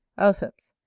auceps.